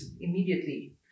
immediately